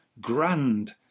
grand